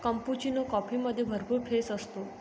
cappuccino कॉफीमध्ये भरपूर फेस असतो